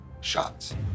shots